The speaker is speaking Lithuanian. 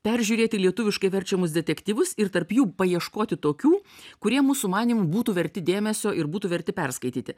peržiūrėti lietuviškai verčiamus detektyvus ir tarp jų paieškoti tokių kurie mūsų manymu būtų verti dėmesio ir būtų verti perskaityti